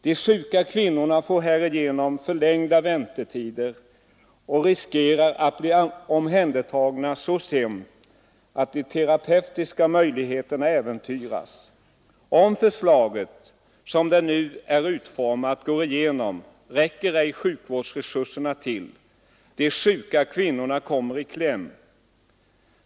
De sjuka kvinnorna får härigenom förlängda väntetider och riskerar att bli omhändertagna så sent att de terapeutiska möjligheterna äventyras. Om förslaget, som det nu är utformat, går igenom räcker ej sjukvårdsresurserna till. De sjuka kvinnorna kommer i kläm.